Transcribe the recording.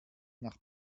nach